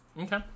Okay